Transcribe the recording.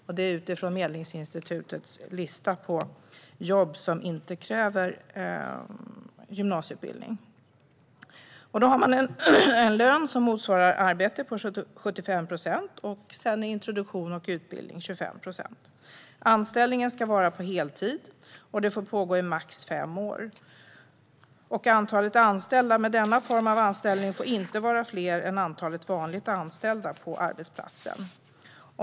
Vi har utgått från Medlingsinstitutets lista över jobb som inte kräver gymnasieutbildning. Man har en lön som motsvarar arbete på 75 procent, och sedan utgör introduktion och utbildning 25 procent. Anställningen ska vara på heltid, och detta får pågå i max fem år. Antalet anställda med denna form av anställning får inte vara större än antalet vanligt anställda på arbetsplatsen.